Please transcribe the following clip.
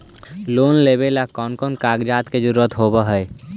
Loan लेबे ला कौन कौन कागजात के जरुरत होबे है?